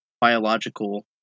biological